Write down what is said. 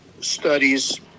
studies